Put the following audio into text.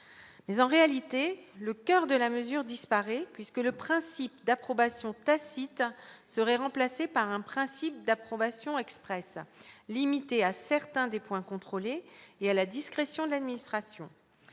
mais en réalité, le coeur de la mesure disparaît puisque le principe d'approbation tacite serait remplacé par un principe d'approbation expresse limité à certains des points contrôlés et à la discrétion de l'administration,